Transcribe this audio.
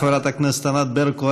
חברת הכנסת ענת ברקו,